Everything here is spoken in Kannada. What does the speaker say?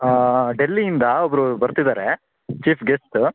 ಡೆಲ್ಲಿಯಿಂದ ಒಬ್ಬರು ಬರ್ತಿದ್ದಾರೆ ಚೀಫ್ ಗೆಸ್ಟು